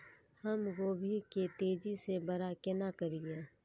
हम गोभी के तेजी से बड़ा केना करिए?